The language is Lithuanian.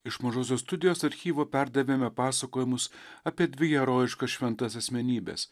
iš mažosios studijos archyvo perdavėme pasakojimus apie dvi herojiškas šventas asmenybes